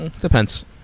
Depends